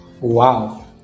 Wow